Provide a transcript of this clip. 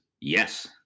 yes